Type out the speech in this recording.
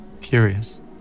Curious